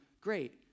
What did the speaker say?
great